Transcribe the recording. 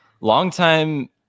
longtime